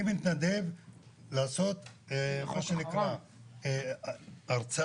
אני מתנדב לעשות מה שנקרא הרצאה,